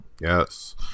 Yes